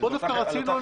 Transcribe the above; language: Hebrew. על אותה חברה.